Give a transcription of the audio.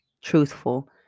truthful